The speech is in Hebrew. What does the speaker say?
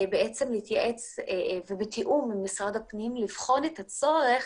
להתייעץ ובתיאום עם משרד הפנים לבחון את הצורך